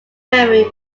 memory